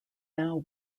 now